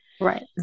Right